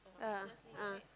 ah ah